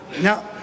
Now